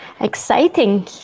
Exciting